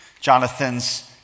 Jonathan's